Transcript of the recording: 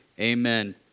Amen